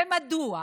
ומדוע?